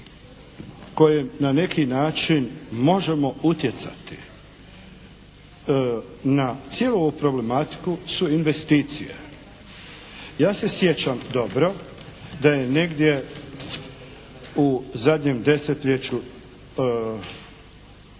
koje na neki način možemo utjecati na cijelu ovu problematiku su investicije. Ja se sjećam dobro da je negdje u zadnjem desetljeću